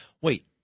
wait